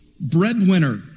breadwinner